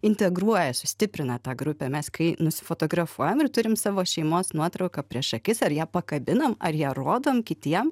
integruoja sustiprina tą grupę mes kai nusifotografuojam ir turim savo šeimos nuotrauką prieš akis ar ją pakabinam ar ją rodom kitiem